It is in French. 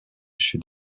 sud